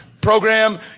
program